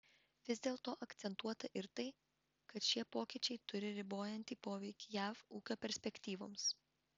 vis dėlto akcentuota ir tai kad šie pokyčiai turi ribojantį poveikį jav ūkio perspektyvoms